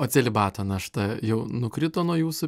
o celibato našta jau nukrito nuo jūsų